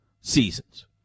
seasons